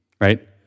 right